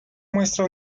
muestra